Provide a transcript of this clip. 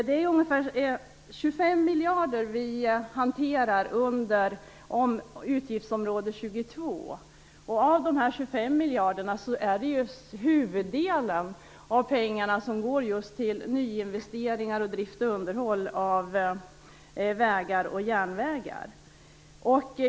Det är ungefär 25 miljarder vi hanterar när det gäller utgiftsområde 22. Av de 25 miljarderna går huvuddelen till just nyinvesteringar och drift och underhåll av vägar och järnvägar.